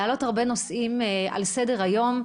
להעלות הרבה נושאים על סדר היום,